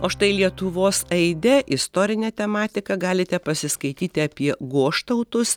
o štai lietuvos aide istorine tematika galite pasiskaityti apie goštautus